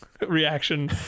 reaction